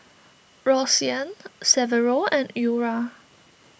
Roseanne Severo and Eura